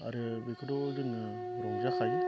आरो बेखौथ' जोङो रंजाखायो